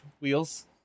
Wheels